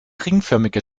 ringförmige